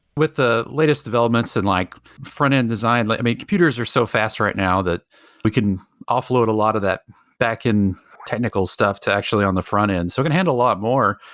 with the latest developments and like front-end design i mean, computers are so fast right now that we can offload a lot of that back in technical stuff to actually on the front-end. so it can handle a lot more,